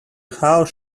house